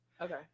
Okay